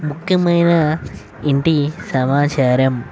ముఖ్యమైన ఇంటి సమాచారం